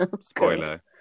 Spoiler